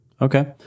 Okay